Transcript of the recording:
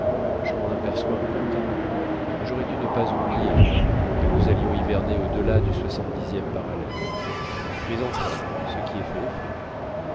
je m'en aperçois un peu tard j'aurais dû ne pas oublier que nous allions hiverner au-delà du soixante dixième parallèle mais enfin ce qui est fait est fait